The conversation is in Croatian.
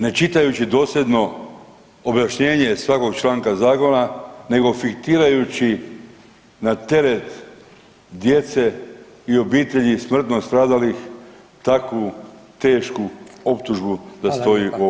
Ne čitajući dosljedno objašnjenje svakog članka zakona nego fiktirajući na teret djece i obitelji smrtno stradalih tako tešku optužbu da stoji u ovom Zakonu.